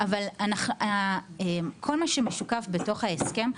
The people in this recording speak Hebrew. אבל כל מה שמשוקף בתוך ההסכם,